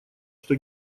что